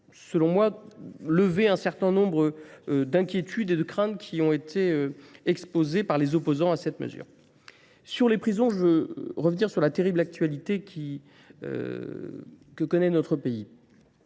selon moi, lever un certain nombre d'inquiétudes et de craintes qui ont été exposées par les opposants à cette mesure. Sur les prisons, je veux revenir sur la terrible actualité que connaît notre pays.